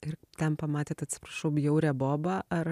ir ten pamatėt atsiprašau bjaurią bobą ar